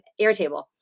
Airtable